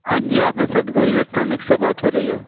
हाँ जी आपने सतगुरु इलेक्ट्रॉनिक से बात हो रही है